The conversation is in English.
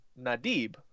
Nadib